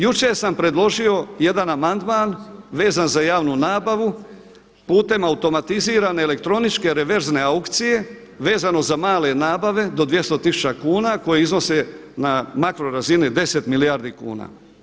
Jučer sam predložio jedan amandman vezan za javnu nabavu putem automatizirane elektroničke reverzne aukcije vezano za male nabave do 200 tisuća kuna koje iznose na makro razini 10 milijardi kuna.